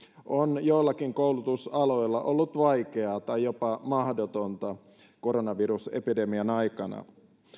on joillakin koulutusaloilla ollut vaikeaa tai jopa mahdotonta koronavirusepidemian aikana